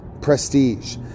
prestige